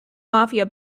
mafia